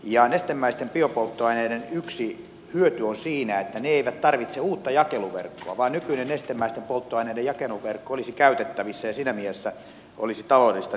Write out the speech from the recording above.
nestemäisten biopolttoaineiden yksi hyöty on siinä että ne eivät tarvitse uutta jakeluverkkoa vaan nykyinen nestemäisten polttoaineiden jakeluverkko olisi käytettävissä ja siinä mielessä olisi taloudellista kehittää tätä